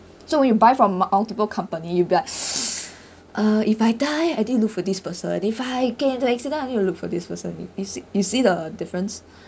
so you buy from multiple companies you'd be like uh I die I think look for this person if I get into accident I need to look for this person you you see you see the difference